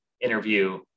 interview